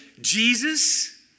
Jesus